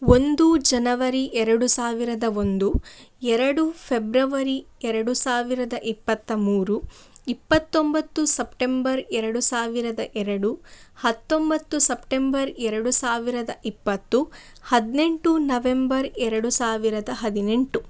ಒಂದು ಜನವರಿ ಎರಡು ಸಾವಿರದ ಒಂದು ಎರಡು ಫೆಬ್ರವರಿ ಎರಡು ಸಾವಿರದ ಇಪ್ಪತ್ತ ಮೂರು ಇಪ್ಪತ್ತೊಂಬತ್ತು ಸಪ್ಟೆಂಬರ್ ಎರಡು ಸಾವಿರದ ಎರಡು ಹತ್ತೊಂಬತ್ತು ಸಪ್ಟೆಂಬರ್ ಎರಡು ಸಾವಿರದ ಇಪ್ಪತ್ತು ಹದ್ನೆಂಟು ನವೆಂಬರ್ ಎರಡು ಸಾವಿರದ ಹದಿನೆಂಟು